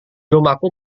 rumahku